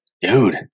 Dude